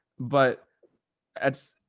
but that's,